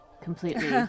completely